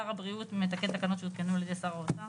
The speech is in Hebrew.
שר הבריאות מתקן תקנות שהותקנו על ידי שר האוצר.